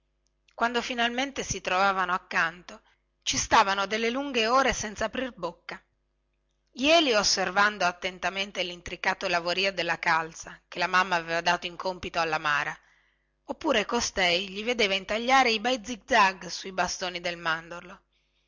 quando finalmente si trovavano accanto ci stavano delle lunghe ore senza aprir bocca jeli osservando attentamente lintricato lavorio della calza che la mamma aveva messo al collo alla mara oppure costei gli vedeva intagliare i bei zig zag sui bastoni del mandorlo